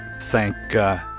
thank